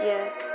Yes